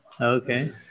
okay